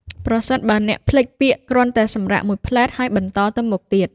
ប្រសិនបើអ្នកភ្លេចពាក្យ គ្រាន់តែសម្រាកមួយភ្លែត ហើយបន្តទៅមុខទៀត។